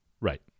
Right